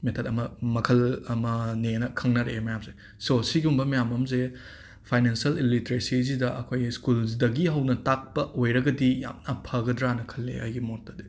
method ꯑꯃ ꯃꯈꯜ ꯑꯃꯅꯦꯅ ꯈꯪꯅꯔꯛꯂꯦ ꯃꯌꯥꯝꯁꯦ ꯁꯣ ꯁꯤꯒꯨꯝꯕ ꯃꯌꯥꯝ ꯑꯝꯁꯦ ꯐꯥꯏꯅꯦꯟꯁꯤꯌꯦꯜ ꯏꯂꯤꯇ꯭ꯔꯦꯁꯤꯁꯤꯗ ꯑꯩꯈꯣꯏ ꯁ꯭ꯀꯨꯜꯁꯇꯒꯤ ꯍꯧꯅ ꯇꯥꯛꯄ ꯑꯣꯏꯔꯒꯗꯤ ꯌꯥꯝꯅ ꯐꯒꯗ꯭ꯔꯥꯅ ꯈꯜꯂꯦ ꯑꯩꯒꯤ ꯃꯣꯠꯇꯗꯤ